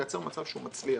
לייצר מצב שהוא מצליח,